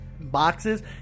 boxes